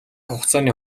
хугацааны